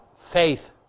faith